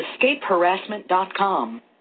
Escapeharassment.com